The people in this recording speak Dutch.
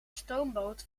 stoomboot